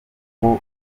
ngo